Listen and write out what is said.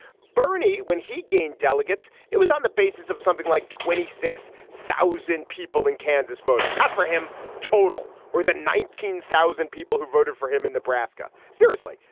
bernie, when he gained delegates, it was on the basis of something like twenty six thousand people in kansas voting not for him total or that nineteen thousand people who voted for him in nebraska. seriously,